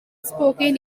spokane